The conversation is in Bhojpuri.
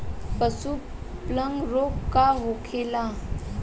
पशु प्लग रोग का होखेला?